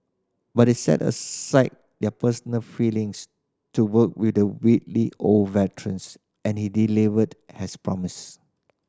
but they set aside their personal feelings to work with the wily old veterans and he delivered as promised